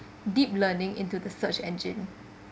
deep learning into the search engine